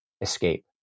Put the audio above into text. escape